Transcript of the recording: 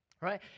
right